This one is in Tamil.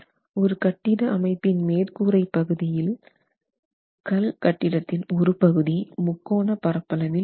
ஒரு கட்டிட அமைப்பின் மேற் கூரை பகுதியில் கல் கட்டிடத்தின் ஒரு பகுதி முக்கோண பரப்பளவில் இருக்கும்